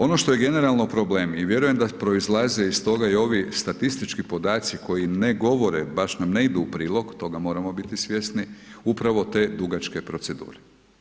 Ono što je generalno problem i vjerujem da proizlaze iz toga i ovi statistički podaci koji ne govore, baš nam ne idu u prilog, toga moramo biti svjesni, upravo te dugačke procedure.